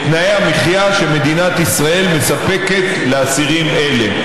את תנאי המחיה שמדינת ישראל מספקת לאסירים אלה.